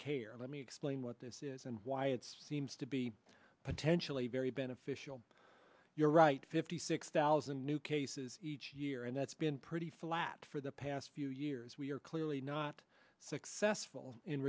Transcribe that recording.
i mean explain what this is and why it's seems to be potentially very beneficial you're right fifty six thousand new cases each year and that's been pretty flat for the past few years we are clearly not successful in